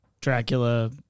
Dracula